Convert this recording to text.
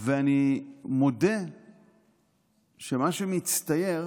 ואני מודה שמה שמצטייר